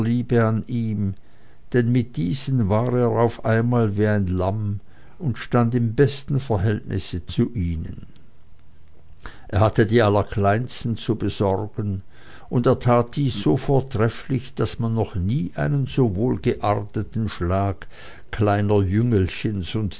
ihm denn mit diesen war er auf einmal wie ein lamm und stand in dem besten verhältnisse zu ihnen er hatte die allerkleinsten zu besorgen und er tat dies so vortrefflich daß man noch nie einen so wohlgearteten schlag kleiner jüngelchens